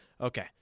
Okay